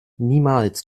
niemals